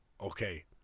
okay